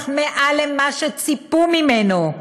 הצליח מעל למה שציפו ממנו,